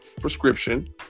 prescription